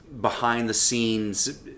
behind-the-scenes